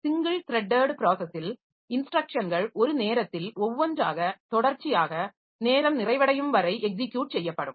single threaded ப்ராஸஸில் இன்ஸ்ட்ரக்ஷன்கள் ஒரு நேரத்தில் ஒவ்வொன்றாக தொடர்ச்சியாக நேரம் நிறைவடையும் வரை எக்ஸிக்யுட் செய்யப்படும்